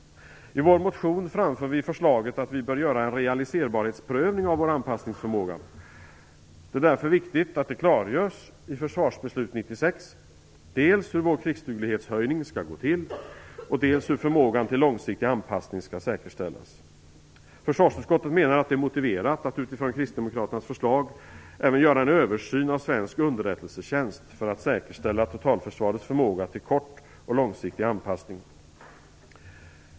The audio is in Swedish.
I vår motion framför vi förslaget att vi skall göra en realiserbarhetsprövning av vår anpassningsförmåga. Det är därför viktigt att det klargörs i försvarsbeslutet 96 dels hur vår krigsduglighetshöjning skall gå till, dels hur förmågan till långsiktig anpassning skall säkerställas. Försvarsutskottet menar att det är motiverat att utifrån kristdemokraternas förslag även göra en översyn av svensk underrättelsetjänst för att säkerställa totalförsvarets förmåga till kort och långsiktig anpassning.